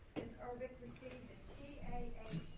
ms. urbick received a